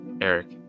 Eric